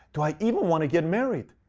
do i even want to get married?